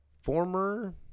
former